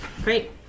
Great